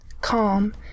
calm